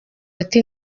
ati